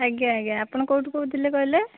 ଆଜ୍ଞା ଆଜ୍ଞା ଆପଣ କେଉଁଠୁ କହୁଥିଲେ କହିଲେ